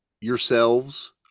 Yourselves